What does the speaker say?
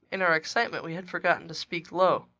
in our excitement we had forgotten to speak low.